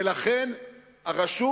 ולכן הרשות